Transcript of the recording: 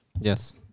Yes